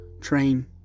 Train